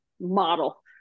model